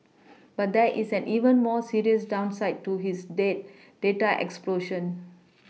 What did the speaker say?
but there is an even more serious downside to this date data explosion